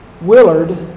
Willard